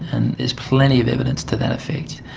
and there's plenty of evidence to that effect.